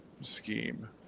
scheme